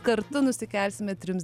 kartu nusikelsime trims